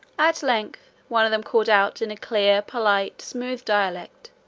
at length one of them called out in a clear, polite, smooth dialect,